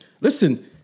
Listen